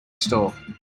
store